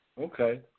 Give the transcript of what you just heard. Okay